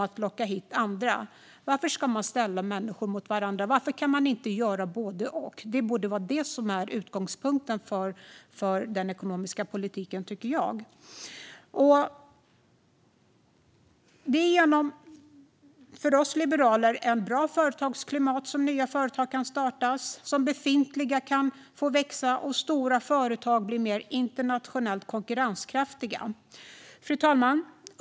Skattereduktion för förvärvsinkomster och utvidgad tidsgräns för expertskatt Varför ska man ställa människor mot varandra? Varför kan man inte göra både och? Det borde vara utgångspunkten för den ekonomiska politiken, tycker jag. För oss liberaler är det genom ett bra företagsklimat som nya företag kan startas, som befintliga kan växa och som stora företag kan bli mer internationellt konkurrenskraftiga. Fru talman!